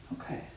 Okay